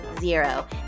zero